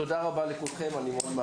תודה רבה לכולכם, המשך יום טוב.